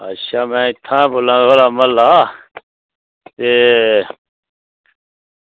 अच्छा में इत्थां बोल्ला ना थुआढ़े म्हल्ला दा ते